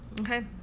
Okay